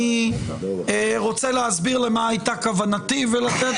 אני רוצה להסביר למה הייתה כוונתי ולתת